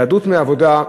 היעדרות מעבודה,